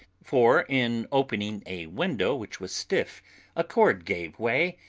for in opening a window which was stiff a cord gave way,